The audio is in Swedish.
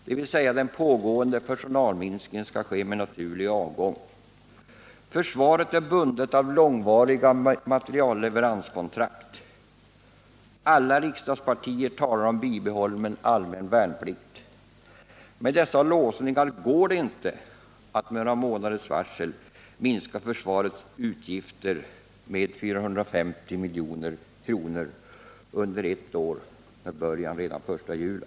Dvs. den pågående personalminskningen skall ske med naturlig avgång. Försvaret är bundet av långvariga materielleveranskontrakt. Alla riksdagspartier talar om bibehållen allmän värnplikt. Med dessa låsningar går det inte att med några månaders varsel minska försvarets utgifter med 450 milj.kr. under ett år med början redan den 1 juli.